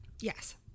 Yes